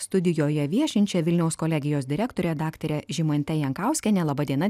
studijoje viešinčia vilniaus kolegijos direktore daktare žymantė jankauskiene laba diena